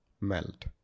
melt